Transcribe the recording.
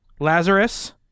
Lazarus